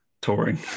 touring